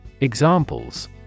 Examples